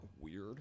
Weird